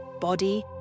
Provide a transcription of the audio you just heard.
body